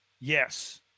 Yes